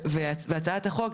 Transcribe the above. הצעת החוק,